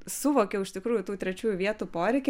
suvokiau iš tikrųjų tų trečiųjų vietų poreikį